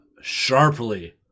sharply